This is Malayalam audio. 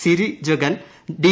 സിരിജഗൻ ഡി